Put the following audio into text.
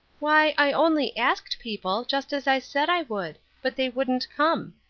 why, i only asked people, just as i said i would but they wouldn't come.